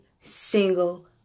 single